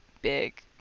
big